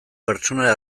pertsona